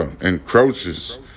encroaches